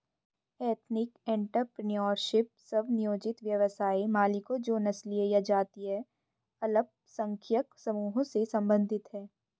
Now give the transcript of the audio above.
ethnic entrepreneurship, स्व नियोजित व्यवसाय मालिकों जो नस्लीय या जातीय अल्पसंख्यक समूहों से संबंधित हैं